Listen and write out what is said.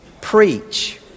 preach